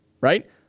right